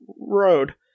Road